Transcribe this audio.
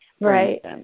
Right